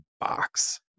box